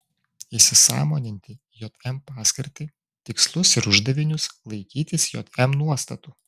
įsisąmoninti jm paskirtį tikslus ir uždavinius laikytis jm nuostatų